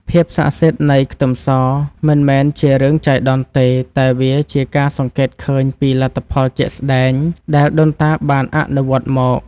ភាពស័ក្តិសិទ្ធិនៃខ្ទឹមសមិនមែនជារឿងចៃដន្យទេតែវាជាការសង្កេតឃើញពីលទ្ធផលជាក់ស្តែងដែលដូនតាបានអនុវត្តមក។